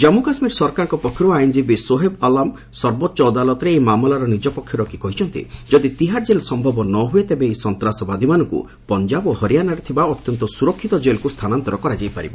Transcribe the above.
ଜାନ୍ମୁ କାଶ୍ମୀର ସରକାରଙ୍କ ପକ୍ଷରୁ ଆଇନ୍କୀବୀ ସୋହେବ ଆଲାମ୍ ସର୍ବୋଚ୍ଚ ଅଦାଲତରେ ଏହି ମାମଲାରେ ନିଜ ପକ୍ଷ ରଖି କହିଛନ୍ତି ଯଦି ତିହାର ଜେଲ୍ ସମ୍ଭବ ନ ହୁଏ ତେବେ ଏହି ସନ୍ତାସବାଦୀମାନଙ୍କୁ ପଞ୍ଜାବ ଓ ହରିଆନାରେ ଥିବା ଅତ୍ୟନ୍ତ ସୁରକ୍ଷିତ ଜେଲକୁ ସ୍ଥାନାନ୍ତର କରାଯାଇ ପାରିବ